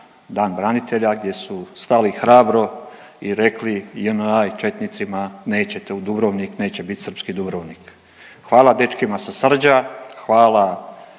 Dan branitelja gdje su stali hrabro i rekli JNA i četnicima nećete u Dubrovnik neće bit srpski Dubrovnik. Hvala dečkima sa Srđa, hvala